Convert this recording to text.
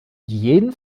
jeden